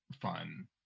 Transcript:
fun